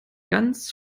ganz